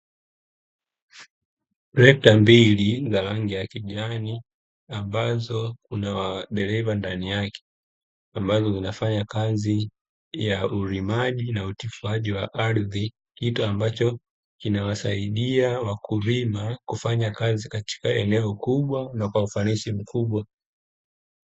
Trekta mbili za rangi ya kijani ambazo kuna madereva ndani yake, ambazo zinafanya kazi ya ulimaji na utifuaji wa ardhi, kitu ambacho kinawasaidia wakulima kufanya kazi katika eneo kubwa na kwa ufanisi mkubwa.